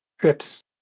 trips